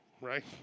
right